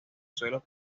suelos